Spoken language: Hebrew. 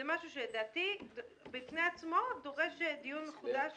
זה משהו שלדעתי בפני עצמו דורש דיון מחודש